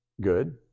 good